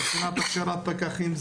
מבחינת הכשרת פקחים,